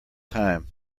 time